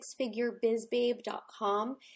sixfigurebizbabe.com